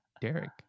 Derek